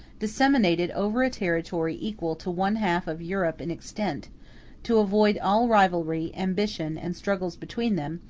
disseminated over a territory equal to one-half of europe in extent to avoid all rivalry, ambition, and struggles between them,